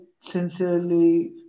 sincerely